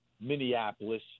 Minneapolis